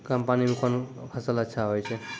कम पानी म कोन फसल अच्छाहोय छै?